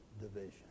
division